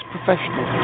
Professional